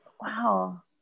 Wow